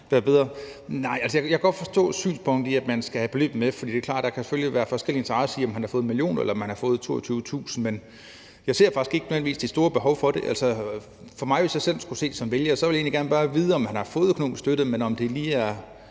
være bedre. Jeg kan godt forstå synspunktet i, at man skal have et beløb med, for det er selvfølgelig klart, at der kan være en forskellig interesse i, om man har fået 1 mio. kr. eller man har fået 22.000 kr. Men jeg ser faktisk ikke nødvendigvis det store behov for det. Hvis jeg som vælger selv skulle se på det, ville jeg egentlig bare gerne vide, om man har fået økonomisk støtte, men om det lige er